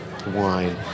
wine